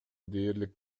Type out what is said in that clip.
дээрлик